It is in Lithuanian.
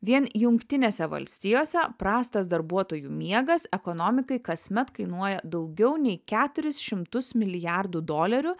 vien jungtinėse valstijose prastas darbuotojų miegas ekonomikai kasmet kainuoja daugiau nei keturis šimtus milijardų dolerių